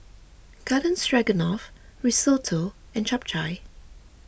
Garden Stroganoff Risotto and Japchae